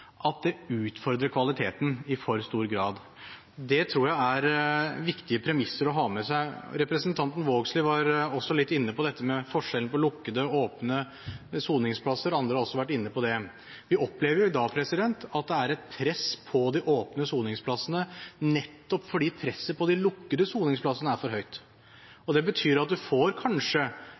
at det utfordrer kvaliteten i for stor grad. Det tror jeg er viktige premisser å ha med seg. Representanten Vågslid var også inne på forskjellen mellom lukkede og åpne soningsplasser. Andre har også vært inne på det. Vi opplever i dag at det er et press på de åpne soningsplassene, nettopp fordi presset på de lukkede soningsplassene er for høyt. Det betyr at en kanskje